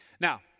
Now